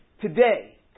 today